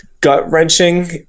gut-wrenching